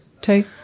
Two